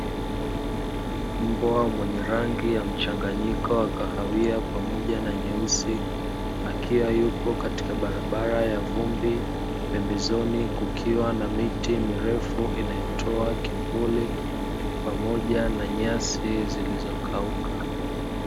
Mbwa mwenye rangi ya mchanganyiko wa kahawia pamoja na nyeusi, akiwa yupo katika barabara ya vumbi. Pembezoni kukiwa na miti mirefu inayotoa kivuli, pamoja na nyasi zilizokauka.